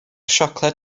siocled